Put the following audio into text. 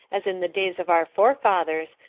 as in the days of our forefathers,